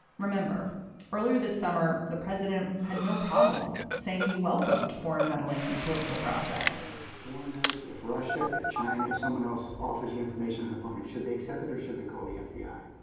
remember earlier this summer the president had no problem saying he welcomed foreign meddling in the political process foreigners if russia if china if someone else offers you information should they accept it or should they call the yeah fbi i